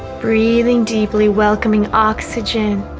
breathing deeply welcoming oxygen